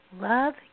love